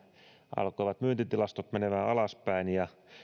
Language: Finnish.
alkoivat myyntitilastot menemään alaspäin ja